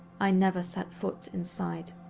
i never set foot inside.